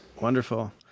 Wonderful